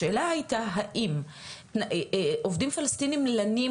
השאלה היתה האם עובדים פלסטינים לנים